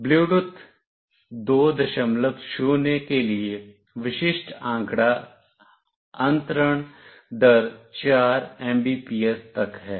Bluetooth 20 के लिए विशिष्ट आंकड़ा अंतरण दर 4 Mbps तक है